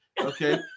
Okay